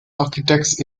architects